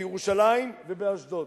בירושלים ובאשדוד.